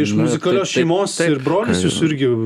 iš muzikalios šeimos ir brolis jūsų irgi